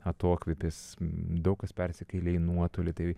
atokvėpis daug kas persikėlė į nuotolį tai